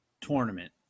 tournament